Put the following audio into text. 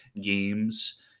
games